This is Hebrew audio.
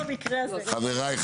חבריי,